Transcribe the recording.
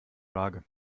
waage